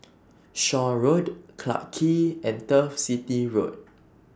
Shaw Road Clarke Quay and Turf City Road